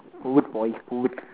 food boy food